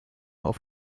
auf